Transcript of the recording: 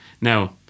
Now